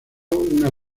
una